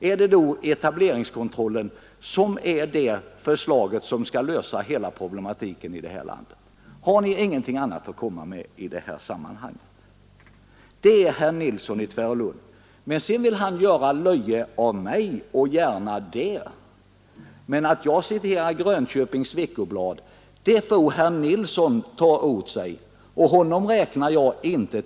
Är det då etableringskontrollen som skall lösa hela problematiken? Har ni inget annat att komma med i detta sammanhang? Sedan vill herr Nilsson i Tvärålund dra löje över mig, och gärna det. Anledningen till att jag citerade Grönköpings Veckoblad var emellertid herr Nilssons eget agerande.